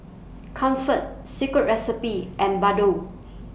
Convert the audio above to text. Comfort Secret Recipe and Bardot